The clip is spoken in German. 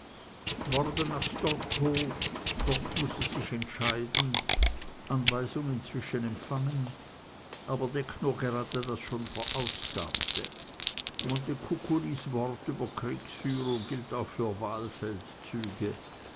morgen nach storkow dort muß es sich entscheiden anweisung inzwischen empfangen aber deckt nur gerade das schon verausgabte montecuculis wort über kriegführung gilt auch für wahlfeldzüge